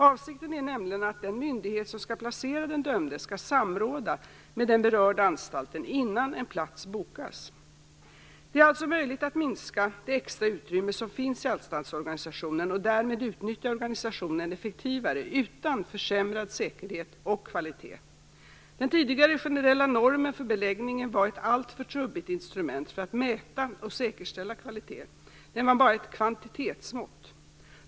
Avsikten är nämligen att den myndighet som skall placera den dömde skall samråda med den berörda anstalten innan en plats bokas. Det är alltså möjligt att minska det extra utrymme som finns i anstaltsorganisationen och därmed utnyttja organisationen effektivare utan försämrad säkerhet och kvalitet. Den tidigare generella normen för beläggningen var ett alltför trubbigt instrument för att mäta och säkerställa kvalitet. Den var bara ett kvantitetsmått.